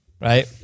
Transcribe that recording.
right